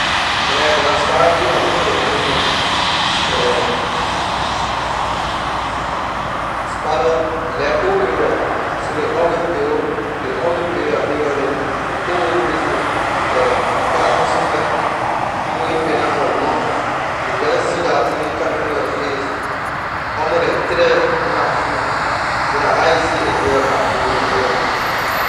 Yeah brother spider too la one of ley animal yeah spider like old area so ley always build ley always build la area neh to old old places like you passing somewhere people ain’t been the for long you will just see la thing neh coming on your face almost like thread in la form so la how you see it ley go about building la area.